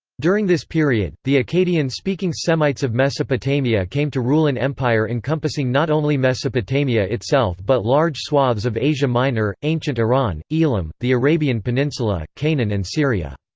during this period, the akkadian-speaking semites of mesopotamia came to rule an empire encompassing not only mesopotamia itself but large swathes of asia minor, ancient iran, elam, the arabian peninsula, canaan and syria.